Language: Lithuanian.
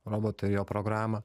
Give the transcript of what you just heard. robotą ir jo programą